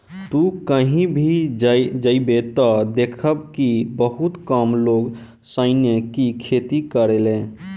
तू कही भी जइब त देखब कि बहुते कम लोग सनई के खेती करेले